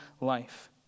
life